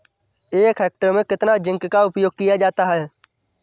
एक हेक्टेयर में कितना जिंक का उपयोग किया जाता है?